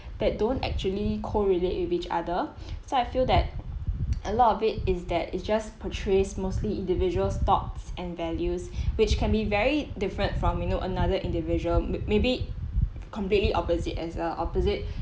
that don't actually correlate with each other so I feel that a lot of it is that it's just portrays mostly individual thoughts and values which can be very different from you know another individual may~ maybe completely opposite as err opposite